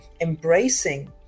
embracing